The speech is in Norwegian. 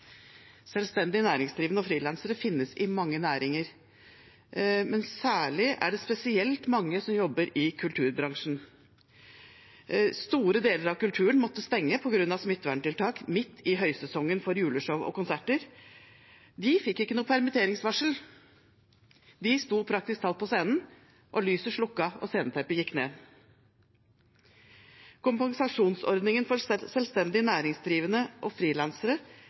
Selvstendig næringsdrivende og frilansere finnes i mange næringer, men det er spesielt mange av dem som jobber i kulturbransjen. Store deler av kulturen måtte stenge på grunn av smitteverntiltak midt i høysesongen for juleshow og konserter. De fikk ikke noe permitteringsvarsel. De sto praktisk talt på scenen, og lyset slukket, og sceneteppet gikk ned. Kompensasjonsordningen for selvstendig næringsdrivende og frilansere